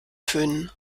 föhnen